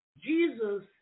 Jesus